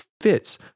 fits